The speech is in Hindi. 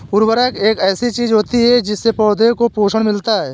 उर्वरक एक ऐसी चीज होती है जिससे पौधों को पोषण मिलता है